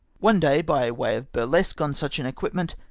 one day, by way of burlesque on such an equipment,